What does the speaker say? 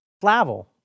Flavel